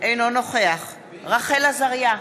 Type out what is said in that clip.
אינו נוכח רחל עזריה,